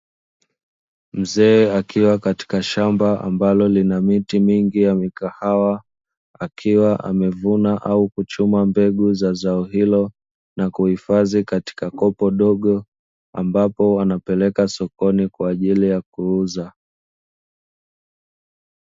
Mzee akiwa katika shamba ambalo lina miti mingi ya mikahawa, akiwa amevuna au kuchuma mbegu za zao hilo na kuhifadhi katika kopo dogo, ambapo anapeleka sokoni kwa ajili ya kuuza.